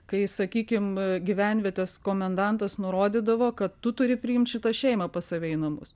kai sakykim gyvenvietės komendantas nurodydavo kad tu turi priimt šitą šeimą pas save į namus